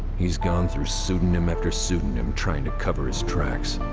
he's gone through pseudonym after pseudonym trying to cover his tracks.